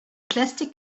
plastic